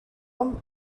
hom